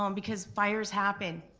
um because fires happen,